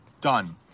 done